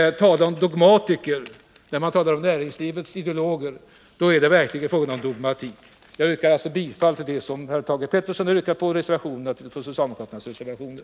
Det talas om dogmatiker, men när det gäller näringslivets ideologer är det verkligen berättigat att tala om dogmatik. Jag yrkar liksom Thage Peterson bifall till socialdemokraternas reservationer.